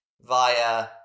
via